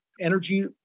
energy